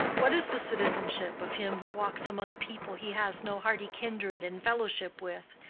what is the citizenship of him who walks among a people he has no hardy kindred and fellowship with,